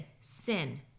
sin